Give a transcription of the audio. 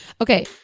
Okay